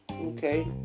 okay